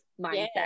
mindset